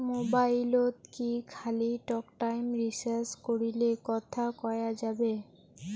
মোবাইলত কি খালি টকটাইম রিচার্জ করিলে কথা কয়া যাবে?